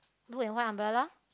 blue and white umbrella